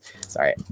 Sorry